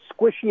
squishy